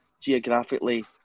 Geographically